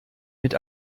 mit